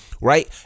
Right